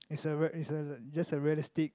is a rea~ is a just a realistic